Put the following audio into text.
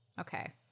Okay